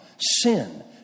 sin